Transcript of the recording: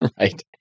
Right